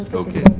okay.